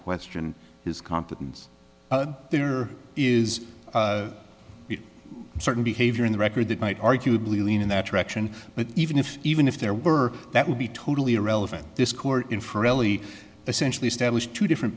question his competence there is certain behavior in the record that might arguably lean in that direction but even if even if there were that would be totally irrelevant this court in for really essentially established two different